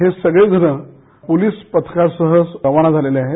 हे सगळे जण पोलीस पथकासह रवाना झालेले आहेत